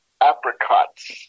Apricots